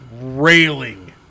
railing